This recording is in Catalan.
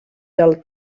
del